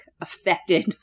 affected